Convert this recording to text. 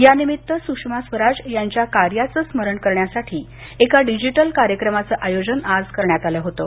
या निमित्त सुषमा स्वराज यांच्या कार्याचं स्मरण करण्यासाठी एका डिजिटल कार्यक्रमाचं आयोजन करण्यात आलं होतं